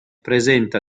presenta